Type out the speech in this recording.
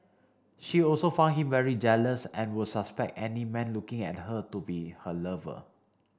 she also found him very jealous and would suspect any man looking at her to be her lover